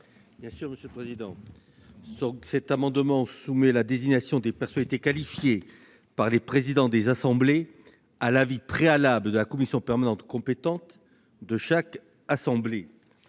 sur les autres amendements. Cet amendement vise à soumettre la désignation des personnalités qualifiées par les présidents des assemblées à l'avis préalable de la commission permanente compétente de chaque assemblée.